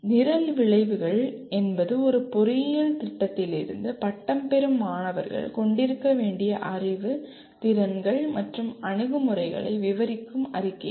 நிரல் விளைவுகள் என்பது ஒரு பொறியியல் திட்டத்திலிருந்து பட்டம் பெறும் போது மாணவர்கள் கொண்டிருக்க வேண்டிய அறிவு திறன்கள் மற்றும் அணுகுமுறைகளை விவரிக்கும் அறிக்கைகள்